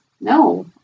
no